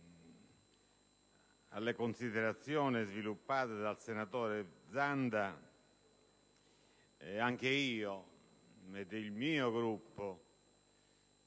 anche alle considerazioni sviluppate dal senatore Zanda. Anche il mio Gruppo